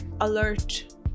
alert